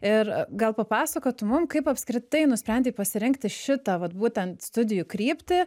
ir gal papasakotum mum kaip apskritai nusprendei pasirinkti šitą vat būtent studijų kryptį